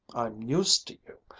i'm used to you.